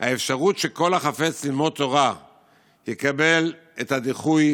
האפשרות שכל החפץ ללמוד תורה יקבל את הדיחוי